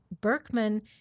Berkman